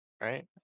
Right